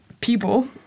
people